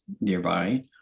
nearby